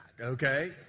okay